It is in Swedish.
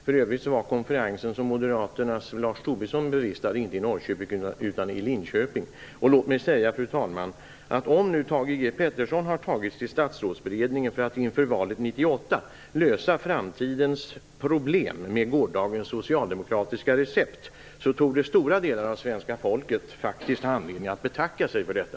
För övrigt var den konferens som moderaternas Lars Tobisson bevistade inte i Norrköping, utan i Låt mig säga, fru talman, att om nu Thage G Peterson tagits till Statsrådsberedningen för att inför valet 1998 lösa framtidens problem med gårdagens socialdemokratiska recept torde stora delar av svenska folket faktiskt ha anledning att betacka sig för detta.